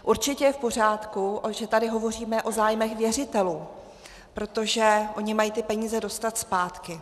Určitě je v pořádku, že tady hovoříme o zájmech věřitelů, protože oni mají ty peníze dostat zpátky.